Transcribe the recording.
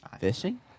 Fishing